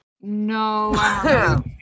No